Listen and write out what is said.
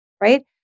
Right